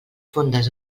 fondes